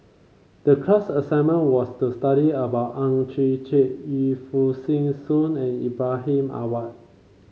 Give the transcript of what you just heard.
the class assignment was to study about Ang Chwee Chai Yu Foo Yee Shoon and Ibrahim Awang